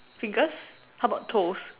fingers how bout toes